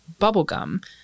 bubblegum